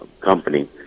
company